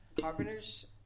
Carpenter's